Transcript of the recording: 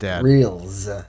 Reels